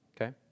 Okay